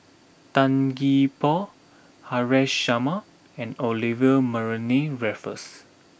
Tan Gee Paw Haresh Sharma and Olivia Mariamne Raffles